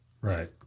Right